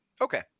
okay